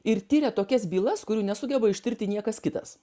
ir tiria tokias bylas kurių nesugeba ištirti niekas kitas